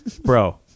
Bro